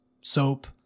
soap